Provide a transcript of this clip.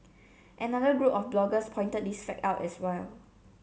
another group of bloggers pointed this fact out as well